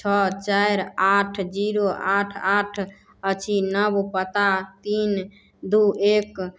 छओ चारि आठ जीरो आठ आठ अछि नव पता तीन दू एक